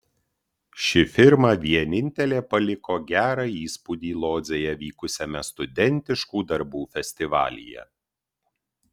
ši firma vienintelė paliko gerą įspūdį lodzėje vykusiame studentiškų darbų festivalyje